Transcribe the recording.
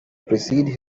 preceded